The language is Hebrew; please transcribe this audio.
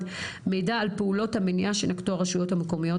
מידע על פעולות המניעה שנקטו הרשויות המקומיות,